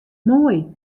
moai